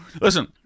listen